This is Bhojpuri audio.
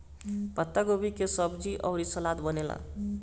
पातगोभी के सब्जी अउरी सलाद बनेला